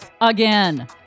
again